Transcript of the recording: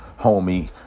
homie